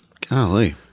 Golly